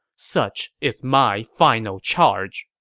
such is my final charge!